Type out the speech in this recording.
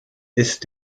ist